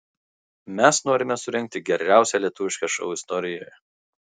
mes norime surengti geriausią lietuvišką šou istorijoje